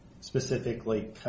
specifically